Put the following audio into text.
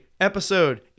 episode